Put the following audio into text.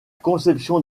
conception